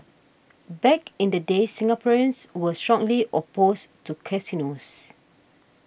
back in the day Singaporeans were strongly opposed to casinos